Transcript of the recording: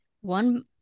one